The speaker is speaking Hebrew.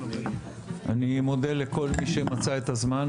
אני מודה לכל מי שמצא את הזמן,